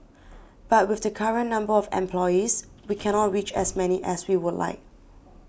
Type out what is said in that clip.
but with the current number of employees we cannot reach as many as we would like